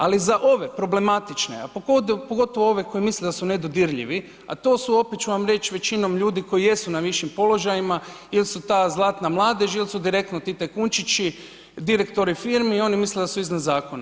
Ali za ove problematične, a pogotovo ove koji misle da su nedodirljivi, a to su, opet ću vam reć, većinom ljudi koji jesu na višim položajima, il su ta zlatna mladež il su direktno ti tajkunčići, direktori firmi i oni misle da su iznad zakona.